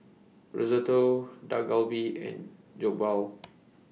Risotto Dak Galbi and Jokbal